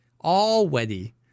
Already